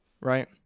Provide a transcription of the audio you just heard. right